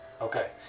Okay